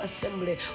Assembly